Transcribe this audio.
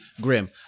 Grim